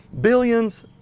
billions